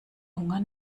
hunger